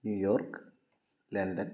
New York London